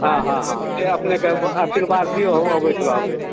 हँ हँ हँ से अपनेके आशीर्वाद दियौ अबैत रहबै